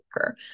worker